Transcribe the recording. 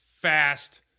fast